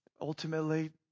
Ultimately